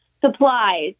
supplies